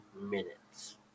minutes